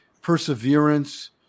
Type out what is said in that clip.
perseverance